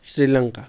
Sri Lanka